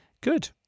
Good